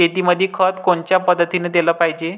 शेतीमंदी खत कोनच्या पद्धतीने देलं पाहिजे?